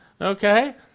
Okay